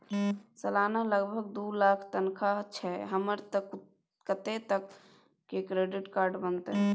सलाना लगभग दू लाख तनख्वाह छै हमर त कत्ते तक के क्रेडिट कार्ड बनतै?